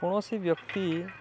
କୌଣସି ବ୍ୟକ୍ତି